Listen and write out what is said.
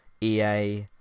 EA